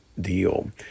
deal